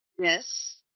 Yes